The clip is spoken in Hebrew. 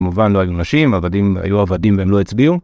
מובן לא היו נשים, עבדים- היו עבדים, והם לא הצביעו.